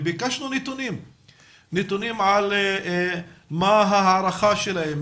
וביקשנו נתונים על ההערכה שלהם,